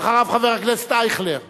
ואחריו, חבר הכנסת אייכלר.